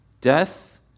death